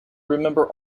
remember